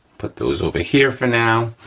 put those over here for now.